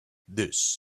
this